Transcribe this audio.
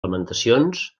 lamentacions